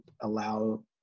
allow